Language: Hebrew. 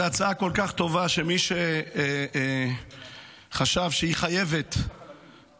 זו הצעה כל כך טובה שמי שחשב שהיא חייבת להיות